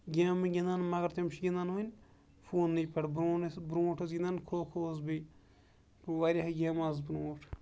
گیمہٕ گِندان مَگر تِم چھِ گِندان وۄنۍ فونٕنے پٮ۪ٹھ برون أسۍ برونٹھ اوس گِندان کھو کھو وَس بیٚیہِ واریاہ گیمہٕ آسہٕ برونٹھ